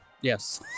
Yes